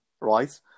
right